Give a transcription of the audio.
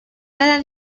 cada